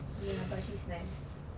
ya but she's nice